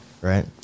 right